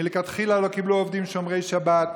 מלכתחילה לא קיבלו עובדים שומרי שבת.